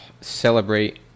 celebrate